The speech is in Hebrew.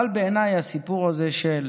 אבל בעיניי, הסיפור הזה של